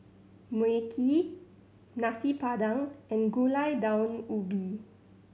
Mui Kee Nasi Padang and Gulai Daun Ubi